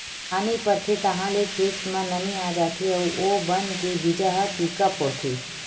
पानी परथे ताहाँले खेत म नमी आ जाथे अउ ओ बन के बीजा ह पीका फोरथे